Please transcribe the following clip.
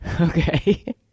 Okay